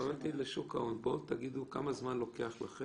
דיווח עליו